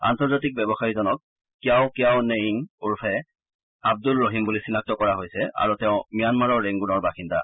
আন্তৰ্জাতিক ব্যৱসায়ীজনক Kyaw Kyaw Naing ওৰফে আব্দুল ৰহিম বুলি চিনাক্ত কৰা হৈছে আৰু তেওঁ ম্যানমাৰৰ ৰেংগুনৰ বাসিন্দা